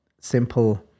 simple